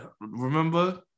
Remember